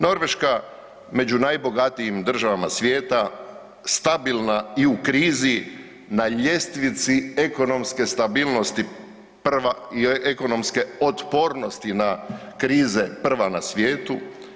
Norveška među najbogatijim državama svijeta, stabilna i u krizi, na ljestvici ekonomske stabilnosti prva i ekonomske otpornosti na krize prva na svijetu.